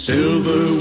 Silver